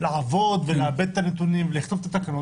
לעבוד ולעבד את הנתונים ולכתוב את התקנות,